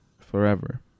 Forever